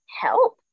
help